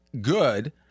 good